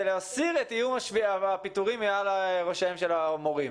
להסיר את איום הפיטורים מעל ראשי המורים.